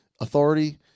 authority